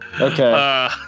Okay